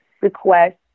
request